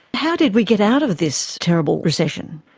how did we get out of this terrible recession?